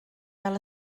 fel